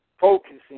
focusing